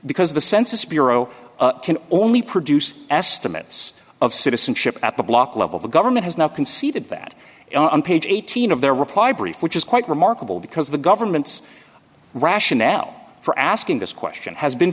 because the census bureau can only produce estimates of citizenship at the block level the government has now conceded that on page eighteen of their reply brief which is quite remarkable because the government's rationale for asking this question has been